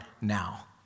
now